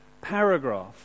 paragraph